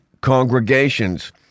congregations